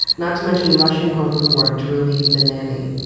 not to mention rushing home from work to relieve the nanny.